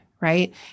Right